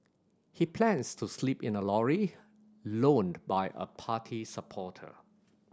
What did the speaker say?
he plans to sleep in a lorry loaned by a party supporter